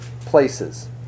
places